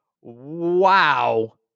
wow